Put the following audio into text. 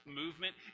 movement